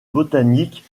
botanique